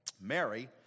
Mary